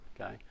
okay